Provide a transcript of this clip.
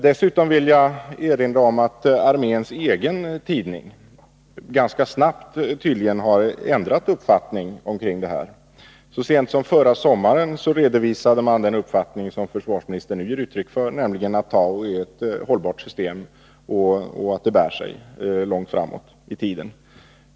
Dessutom vill jag erinra om att arméns egen tidning ganska snabbt nu tydligen har ändrat uppfattning kring detta. Så sent som förra sommaren redovisade man den uppfattning som försvarsministern ger uttryck för, nämligen att TOW är ett hållbart system och att det bär sig långt framåt i tiden.